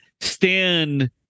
stand